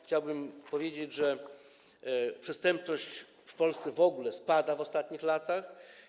Chciałbym powiedzieć, że przestępczość w Polsce w ogóle spada w ostatnich latach.